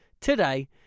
today